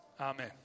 Amen